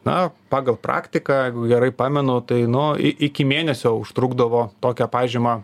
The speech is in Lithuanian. na pagal praktiką gerai pamenu tai nuiki iki mėnesio užtrukdavo tokia pažyma